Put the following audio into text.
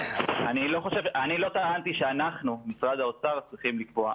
אני לא טענתי שאנחנו, משרד האוצר, צריכים לקבוע.